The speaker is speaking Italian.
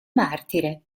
martire